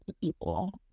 people